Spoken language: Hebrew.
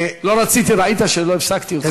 ראית שלא הפסקתי אותך,